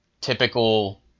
typical